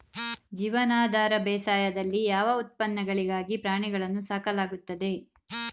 ಜೀವನಾಧಾರ ಬೇಸಾಯದಲ್ಲಿ ಯಾವ ಉತ್ಪನ್ನಗಳಿಗಾಗಿ ಪ್ರಾಣಿಗಳನ್ನು ಸಾಕಲಾಗುತ್ತದೆ?